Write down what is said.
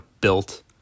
built